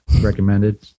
recommended